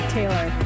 Taylor